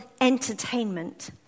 entertainment